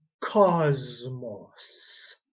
cosmos